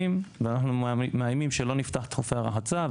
ואנחנו מאיימים שלא נפתח את חופי הרחצה,